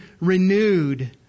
renewed